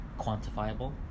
quantifiable